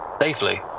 safely